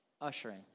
ushering